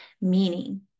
Meaning